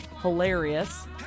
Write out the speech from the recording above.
hilarious